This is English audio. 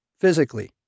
physically